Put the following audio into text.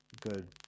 good